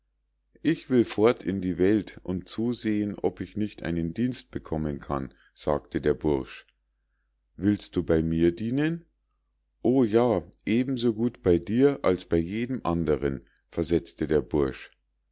ich will fort in die welt und zusehen ob ich nicht einen dienst bekommen kann sagte der bursch willst du bei mir dienen o ja eben so gut bei dir als bei jedem andern versetzte der bursch